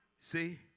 See